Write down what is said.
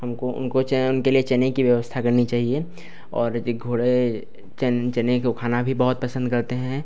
हमको उनको च उनके लिए चने की व्यवस्था करनी चाहिए और यह घोड़े चन चने को खाना भी बहुत पसन्द करते हैं